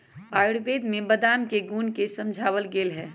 आयुर्वेद में बादाम के गुण के समझावल गैले है